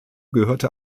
gehörte